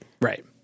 Right